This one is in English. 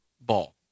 ball